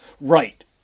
Right